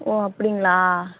ஓ அப்படிங்களா